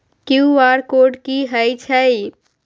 QR code कि हई छई?